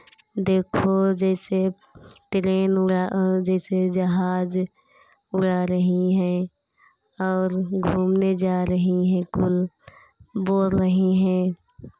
देखो जैसे टिरेन उड़ा जैसे जहाज उड़ा रही हैं और घूमने जा रही हैं कुल बोल रही हैं